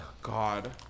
God